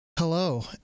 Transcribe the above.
Hello